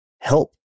help